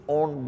on